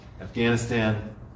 Afghanistan